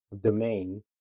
domain